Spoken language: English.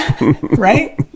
right